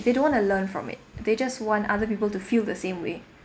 they don't want to learn from it they just want other people to feel the same way